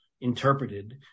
interpreted